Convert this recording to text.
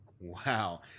Wow